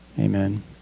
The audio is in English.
amen